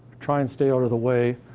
try and stay out of the way,